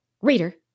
Reader